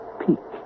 peak